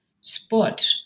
spot